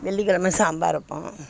வெள்ளிக் கிழம சாம்பார் வைப்போம்